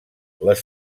les